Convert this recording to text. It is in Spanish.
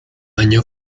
año